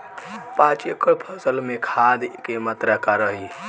पाँच एकड़ फसल में खाद के मात्रा का रही?